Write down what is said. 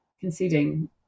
conceding